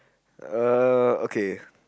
uh okay